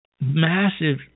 massive